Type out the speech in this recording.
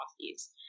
coffees